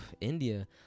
India